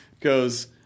goes